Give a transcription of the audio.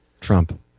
Trump